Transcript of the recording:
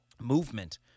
movement